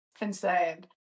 insane